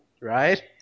right